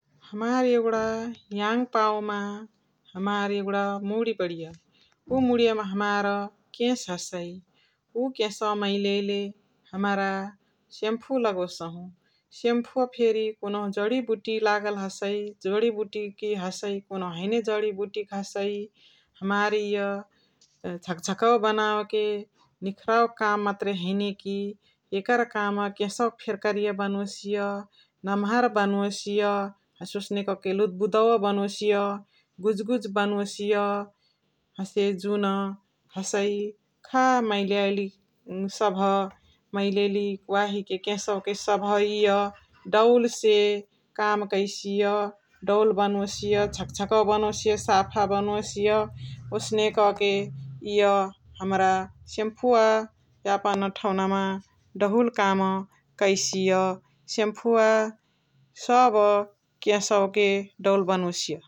हमार एगुणा याङ पाउमाअ मुणी बणिया । उ मुणिय मा केश हसइ । उ केसवा मैलइले हमरा सेम्फु लगोसहु । सेम्फुवा फेरी कुनुहु जणिबुटी लागल हसइ जणिबुटिकी हसइ । कुनुहु हैने जणिबुटिकी हसइ । हमार इअ झकझकौवा बनवके निखराव के मतुरे काम हैने कि एकर काम केसवके फेरी कारीया बनोसिय । नमहर बनोसिय, हसे ओसने कके लुदबुदौवा बनोसिय, गुजगुज बनोसिय । हसे जुन हसइ खा माईलीयाइली मुणी सबह । माईलीयाली वाही केसवके सबह इअ डौलसे काम कैसिय डौल बनोसिय, झकझकौवा बनोसिय, साफा बनोसिय । ओसने कके इअ हमरा सेम्फुवा यापन ठौनामा डहुल काम कैसिय । सेम्फुवा सब केसवके डौल बनोसिय ।